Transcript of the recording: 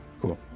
Cool